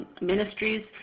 Ministries